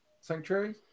Sanctuary